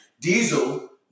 Diesel